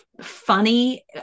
funny